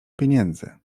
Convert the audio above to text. pieniędzy